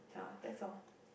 yeah that's all